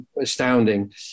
astounding